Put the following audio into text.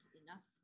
enough